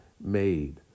made